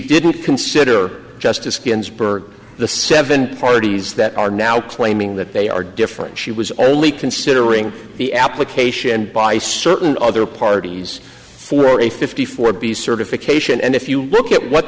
didn't consider justice ginsburg the seven parties that are now claiming that they are different she was only considering the application by certain other parties for a fifty four b certification and if you look at what